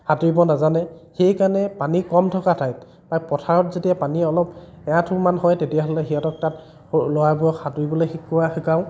সাঁতুৰিব নাজানে সেইকাৰণে পানী কম থকা ঠাইত বা পথাৰত যেতিয়া পানী অলপ এআঠুমান হয় তেতিয়াহ'লে সিহঁতক তাত সৰু ল'ৰাবোৰক সাঁতুৰিবলৈ শিকোৱা শিকাওঁ